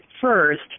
first